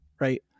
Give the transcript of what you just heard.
Right